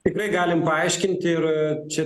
tikrai galim paaiškinti ir čia